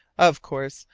of course.